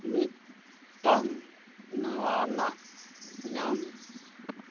ᱢᱤᱫᱴᱟᱝ ᱱᱟᱶᱟᱱᱟᱜ ᱧᱟᱢ